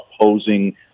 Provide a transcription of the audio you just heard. opposing